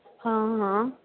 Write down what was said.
ਹਾਂ ਹਾਂ